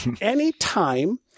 Anytime